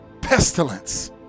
pestilence